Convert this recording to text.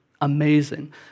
amazing